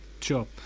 Sure